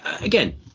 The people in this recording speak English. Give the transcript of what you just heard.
again